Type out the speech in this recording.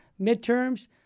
midterms